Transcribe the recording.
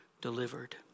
delivered